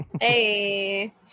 Hey